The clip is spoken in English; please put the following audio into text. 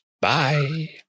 Bye